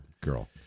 girl